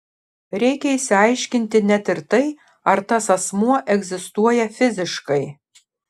reikia išsiaiškinti net ir tai ar tas asmuo egzistuoja fiziškai